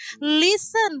Listen